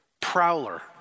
prowler